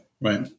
right